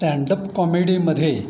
stand up कॉमेडीमध्ये